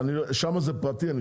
אבל שם זה פרטי.